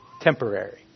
temporary